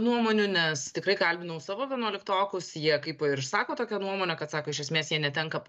nuomonių nes tikrai kalbinau savo vienuoliktokus jie kaipo ir sako tokią nuomonę kad sako iš esmės jie netenka